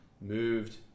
moved